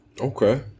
Okay